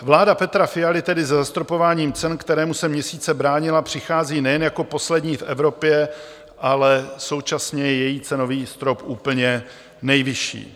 Vláda Petra Fialy tedy se zastropováním cen, kterému se měsíce bránila, přichází nejen jako poslední v Evropě, ale současně je její cenový strop úplně nejvyšší.